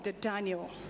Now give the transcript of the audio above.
Daniel